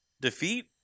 defeat